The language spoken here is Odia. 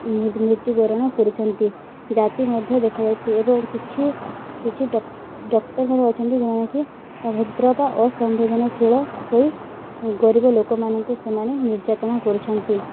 ମୃତ୍ୟୁବରଣ କରୁଛନ୍ତି ଜାତି ମଧ୍ୟ ଦେଖାଯାଉଛିି ଏବଂ କିଛି କିଛି ଡକ୍ଟର ମାନେ ଅଛନ୍ତି ଯେଉଁମାନେ କି ଅଭଦ୍ର ଓ ଅସମ୍ବେଦନଶୀଳ ହୋଇ ଗରିବ ଲୋକମାନଙ୍କୁ ସେମାନେ ନିର୍ଯାତନା କରୁଛନ୍ତି